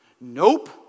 nope